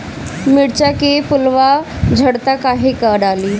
मिरचा के फुलवा झड़ता काहे का डाली?